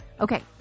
Okay